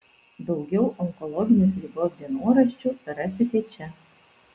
daugiau onkologinės ligos dienoraščių rasite čia